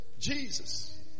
Jesus